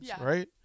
right